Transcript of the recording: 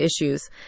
issues